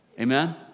Amen